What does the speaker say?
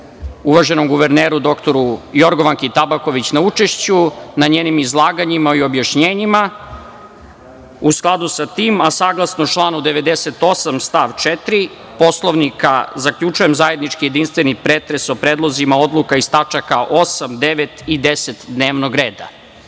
uvaženom guverneru, doktoru Jorgovanki Tabaković na učešću, na njenim izlaganjima i objašnjenjima.U skladu sa tim, a saglasno članu 98. stav 4. Poslovnika, zaključujem zajednički jedinstveni pretres o predlozima odluka iz tačaka 8, 9. i 10. dnevnog